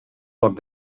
bloc